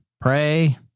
pray